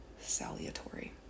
salutary